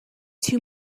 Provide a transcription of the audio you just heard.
too